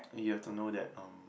you have to know that um